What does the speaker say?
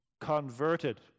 converted